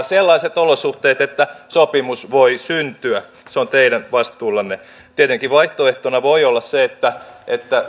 sellaiset olosuhteet että sopimus voi syntyä se on teidän vastuullanne tietenkin vaihtoehtona voi olla se että